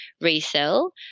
resell